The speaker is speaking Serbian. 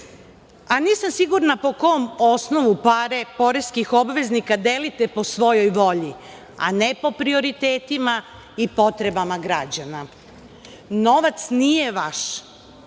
niste. Nisam sigurna po kom osnovu pare poreskih obveznika delite po svojoj volji, a ne po prioritetima i potrebama građana. Novac nije vaš,